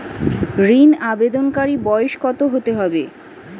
ঋন আবেদনকারী বয়স কত হতে হবে?